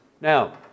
Now